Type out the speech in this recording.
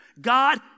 God